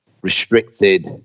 Restricted